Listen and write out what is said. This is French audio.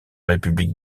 république